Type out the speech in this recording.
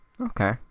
okay